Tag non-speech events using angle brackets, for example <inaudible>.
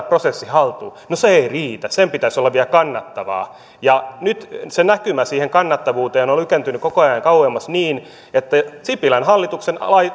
<unintelligible> prosessin haltuun no se ei riitä vaan sen pitäisi olla vielä kannattavaa ja nyt se näkymä siihen kannattavuuteen on lykkääntynyt koko ajan kauemmas niin että sipilän hallituksen